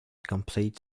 complete